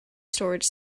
storage